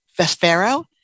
Vespero